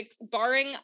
barring